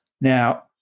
Now